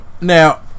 Now